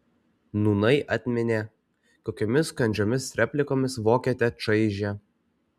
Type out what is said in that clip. nūnai atminė kokiomis kandžiomis replikomis vokietę čaižė